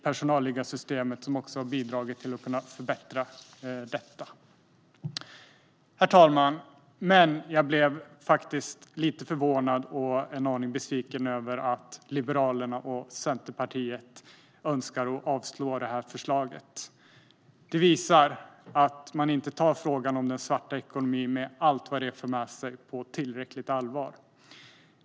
Det gjorde också den förra borgerliga regeringen, vilket man ska ha kredd för. Herr talman! Jag blev faktiskt lite förvånad, och en aning besviken, över att Liberalerna och Centerpartiet önskar att avslå detta förslag. Det visar att man inte tar frågan om den svarta ekonomin, med allt vad den för med sig, på tillräckligt allvar.